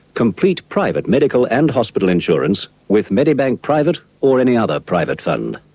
complete private medical and hospital insurance with medibank private, or any other private fund.